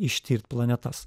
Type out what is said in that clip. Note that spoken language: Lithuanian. ištirt planetas